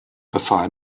befahl